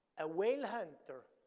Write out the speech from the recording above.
a whale hunter,